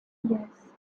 yes